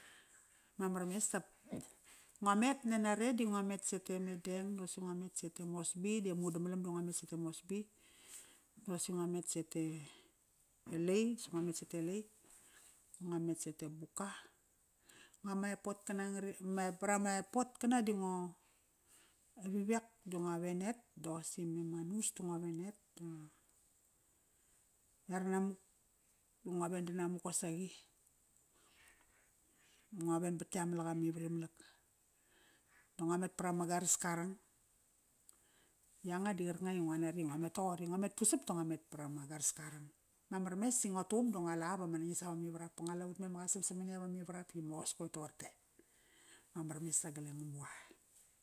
Mamar mes dap ngo met nanare di ngo met sete Madang ba qosaqi ngo met sete Mosreby di amudamalam da ngo met sete Moresby. Ba qosi ngua met sete Lae, si ngua met sete Lae ngua met sete Buka vara ma airport qana di ngo, e Wewak di ngo wen et, daqosi me Manus da ngo wen et yaranamuk, da ngo wen danamuk qosaqi. Ngo wen wat yamalak amivarimolak. Da ngo met varama garask arang. Yanga di qarkanga i ngo nari i ngo met toqori. Ngo met vusap da ngo met varama garaska arang. Mamar mes ingo tuqum da ngo la ap ama nangis ap amivarap ba ngo la utmemak a samsam mani ap mivarap di mos, qoir toqote. Mamar mes sagal e Ngamuqa.